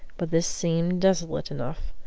but this seemed desolate enough.